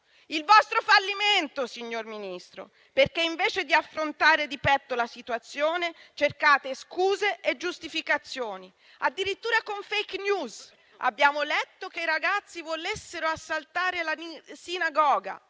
il vostro fallimento, signor Ministro, perché invece di affrontare di petto la situazione cercate scuse e giustificazioni, addirittura con *fake news*. Abbiamo letto che i ragazzi volevano assaltare la Sinagoga,